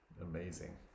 Amazing